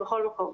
בכל מקום.